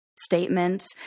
statements